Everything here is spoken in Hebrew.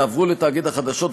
יעברו לתאגיד החדשות,